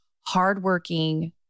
hardworking